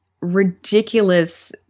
ridiculous